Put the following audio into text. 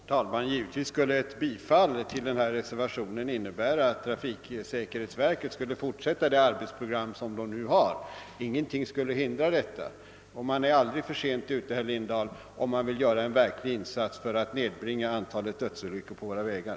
Herr talman! Givetvis skulle ett bifall till denna reservation innebära att trafiksäkerhetsverket skulle fortsätta med det arbetsprogram det nu har. Ingenting skulle hindra detta. Man är aldrig för sent ute, herr Lindahl, om man vill göra en verklig insats för att nedbringa antalet dödsolyckor på våra vägar.